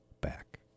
back